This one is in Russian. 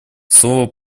слова